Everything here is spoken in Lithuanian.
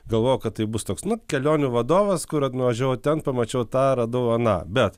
galvojau kad tai bus toks nu kelionių vadovas kur aš nuvažiavau ten pamačiau tą radau aną bet